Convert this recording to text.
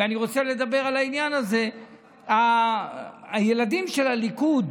ואני רוצה לדבר על העניין הזה: הילדים של הליכוד